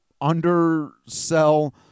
undersell